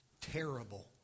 terrible